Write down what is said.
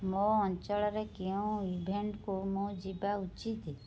ମୋ ଅଞ୍ଚଳରେ କେଉଁ ଇଭେଣ୍ଟ୍କୁ ମୁଁ ଯିବା ଉଚିତ୍